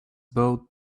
both